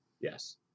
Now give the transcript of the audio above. Yes